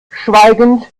schweigend